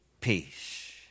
peace